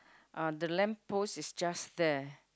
uh the lamp post is just there